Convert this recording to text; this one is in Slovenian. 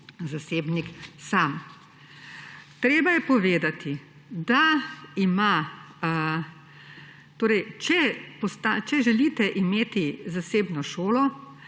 zasebnik sam. Treba je povedati, če želite imeti zasebno šolo,